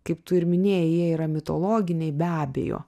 kaip tu ir minėjai jie yra mitologiniai be abejo